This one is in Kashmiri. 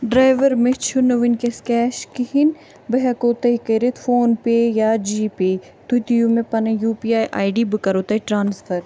ڈرٛیوَر مےٚ چھُنہٕ وُنکیٚس کیش کِہیٖنۍ بہٕ ہیٚکو تۄہہِ کٔرِتھ فوٗن پے یا جی پے تُہۍ دِیُو مےٚ پَنٕنۍ U P I I D بہٕ کَرہو تۄہہِ ٹرٛانٛسفر